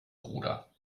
bruder